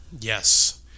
Yes